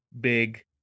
big